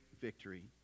victory